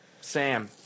sam